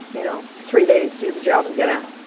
you know three days, do the job and get out.